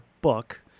book